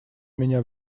меня